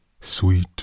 sweet